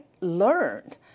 learned